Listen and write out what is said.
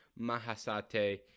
Mahasate